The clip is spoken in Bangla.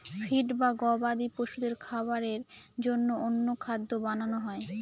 ফিড বা গবাদি পশুদের খাবারের জন্য অন্য খাদ্য বানানো হয়